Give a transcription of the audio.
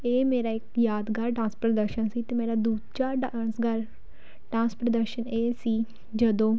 ਇਹ ਮੇਰਾ ਇੱਕ ਯਾਦਗਾਰ ਡਾਂਸ ਪ੍ਰਦਰਸ਼ਨ ਸੀ ਅਤੇ ਮੇਰਾ ਦੂਜਾ ਡਾਂਸਗਰ ਡਾਂਸ ਪ੍ਰਦਰਸ਼ਨ ਇਹ ਸੀ ਜਦੋਂ